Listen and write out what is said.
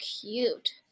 cute